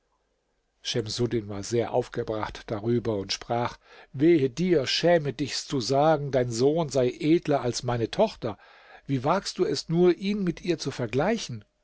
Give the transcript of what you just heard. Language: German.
schemsuddin ward sehr aufgebracht darüber und sprach wehe dir schäme dich zu sagen dein sohn sei edler als meine tochter wie wagst du es nur ihn mit ihr zu vergleichen